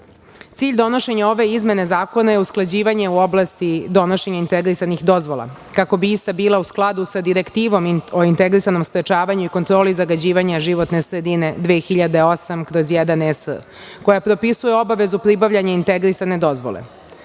donošenja ove izmene zakona je usklađivanje u oblasti donošenja integrisanih dozvola kako bi ista bila u skladu sa Direktivom o integrisanom sprečavanju i kontroli zagađivanja životne sredine 2008/1ES, koja propisuje obavezu pribavljanja integrisane dozvole.